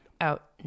out